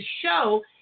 show